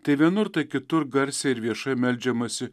tai vienur tai kitur garsiai ir viešai meldžiamasi